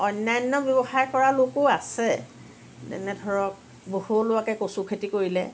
অন্যান্য ব্যৱসায় কৰা লোকো আছে যেনে ধৰক বহু লোকে কচু খেতি কৰিলে